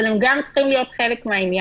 אבל הם גם צריכים להיות חלק מהעניין.